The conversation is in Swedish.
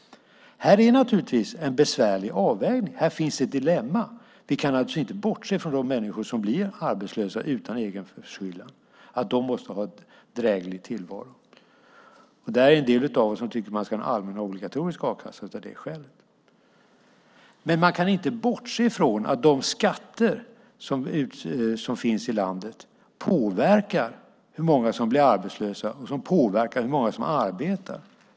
Det här är en besvärlig avvägning; här finns ett dilemma. Vi kan inte bortse från de människor som blir arbetslösa utan egen förskyllan. De måste ha en dräglig tillvaro. Därför tycker en del av oss att man ska ha en allmän och obligatorisk a-kassa. Man kan dock inte bortse från att de skatter som finns i landet påverkar hur många som blir arbetslösa och hur många som arbetar.